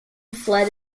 fled